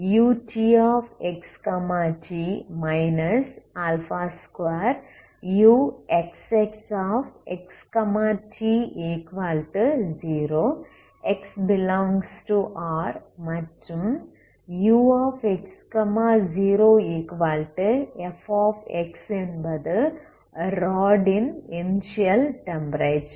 utxt 2uxxxt0 for x∈R மற்றும் ux0f என்பது rod ன் இனிஸியல் டெம்ப்பரேச்சர்